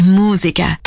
musica